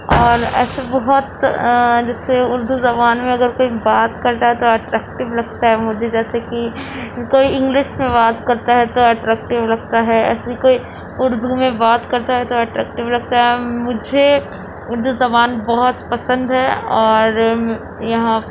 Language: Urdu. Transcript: اور ایسے بہت جیسے اردو زبان میں اگر کوئی بات کر رہا ہے تو ایٹریکٹیو لگتا ہے مجھے جیسے کہ کوئی انگلش میں بات کرتا ہے تو ایٹریکٹیو لگتا ہے ایسے ہی کوئی اردو میں بات کرتا ہے تو ایٹریکٹیو لگتا ہے مجھے اردو زبان بہت پسند ہے اور یہاں